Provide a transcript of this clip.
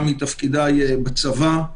גם מתפקידיי בצבא,